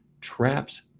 traps